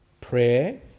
prayer